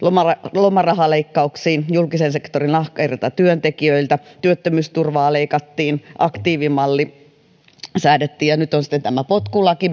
lomarahaleikkauksiin julkisen sektorin ahkerilta työntekijöiltä työttömyysturvaa leikattiin aktiivimalli säädettiin ja nyt meidän edessämme on sitten tämä potkulaki